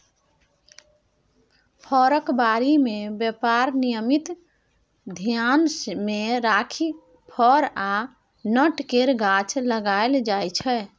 फरक बारी मे बेपार निमित्त धेआन मे राखि फर आ नट केर गाछ लगाएल जाइ छै